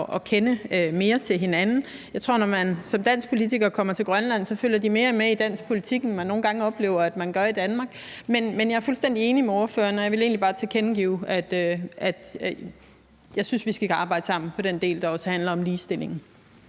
at kende mere til hinanden. Jeg tror, at når man som dansk politiker kommer til Grønland, oplever man, at de følger mere med i dansk politik, end vi nogle gange oplever, man gør i Danmark. Men jeg er fuldstændig enig med ordføreren, og jeg vil egentlig bare tilkendegive, at jeg synes, at vi også skal arbejde sammen om den del, der handler om ligestilling.